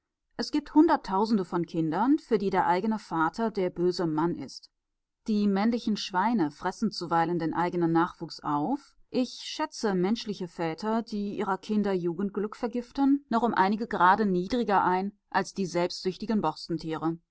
es gibt hunderttausende von kindern für die der eigene vater der böse mann ist die männlichen schweine fressen zuweilen den eigenen nachwuchs auf ich schätze menschliche väter die ihrer kinder jugendglück vergiften noch um einige grade niedriger ein als die selbstsüchtigen